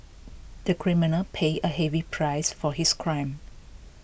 the criminal paid a heavy price for his crime